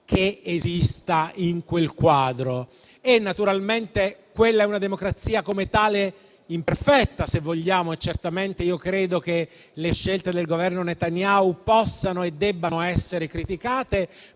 che esista in quel quadro. Naturalmente quella è una democrazia e, come tale, imperfetta. Certamente io credo che le scelte del Governo Netanyahu possano e debbano essere criticate,